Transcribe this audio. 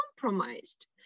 compromised